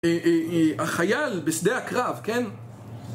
אה אה אה, החייל בשדה הקרב, כן?